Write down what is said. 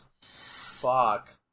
Fuck